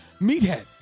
Meathead